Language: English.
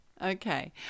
okay